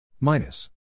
Minus